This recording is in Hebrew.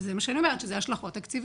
וזה מה שאני אומרת, שזה השלכות תקציביות.